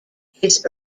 his